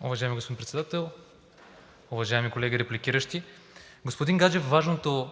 Уважаеми господин Председател, уважаеми колеги репликиращи! Господин Гаджев, важното